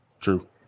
True